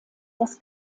das